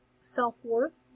self-worth